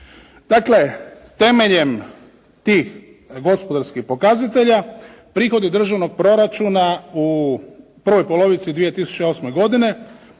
Dakle, temeljem tih gospodarskih pokazatelja prihodi državnog proračuna u prvoj polovici 2008. godine